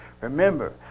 Remember